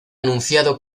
anunciado